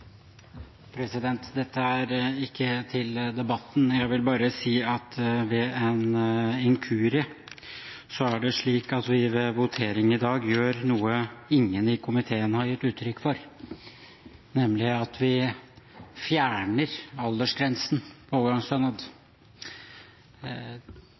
byråkratisk. Dette er ikke til debatten. Jeg vil bare si at ved en inkurie kommer vi til å gjøre noe i voteringen som ingen i komiteen har gitt uttrykk for, nemlig at vi fjerner aldersgrensen for overgangsstønad.